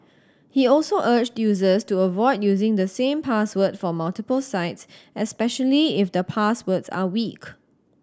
he also urged users to avoid using the same password for multiple sites especially if the passwords are weak